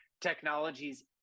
technologies